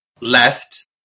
left